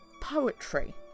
poetry